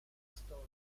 storia